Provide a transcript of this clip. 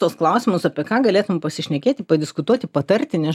tuos klausimus apie ką galėtum pasišnekėti padiskutuoti patarti neži